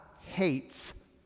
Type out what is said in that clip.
hates